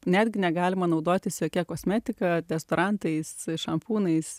netgi negalima naudotis jokia kosmetika dezodorantais šampūnais